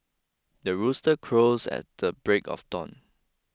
the rooster crows at the break of dawn